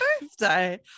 birthday